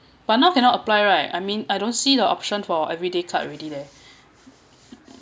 but now cannot apply right I mean I don't see the option for everyday card already leh